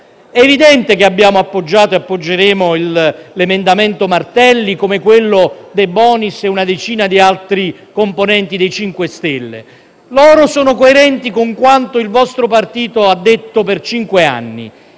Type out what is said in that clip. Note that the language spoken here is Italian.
È evidente che abbiamo appoggiato e appoggeremo l’emendamento Martelli, come quello a prima firma De Bonis e di una decina di altri componenti del Gruppo MoVimento 5 Stelle. Loro sono coerenti con quanto il vostro partito ha detto per cinque anni;